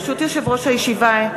ברשות יושב-ראש הישיבה,